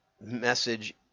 message